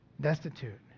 destitute